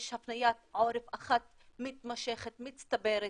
יש הפניית עורף אחת מתמשכת, מצטברת,